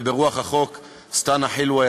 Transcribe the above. וברוח החוק: סנה חילווה,